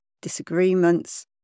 disagreements